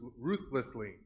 ruthlessly